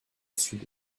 sud